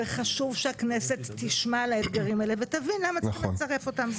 וחשוב שהכנסת תשמע על האתגרים האלה ותבין למה צריך לצרף אותם.